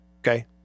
Okay